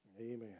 Amen